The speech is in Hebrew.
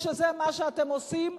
כשזה מה שאתם עושים,